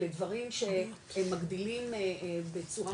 אלה דברים שהם מגדילים בצורה משמעותית.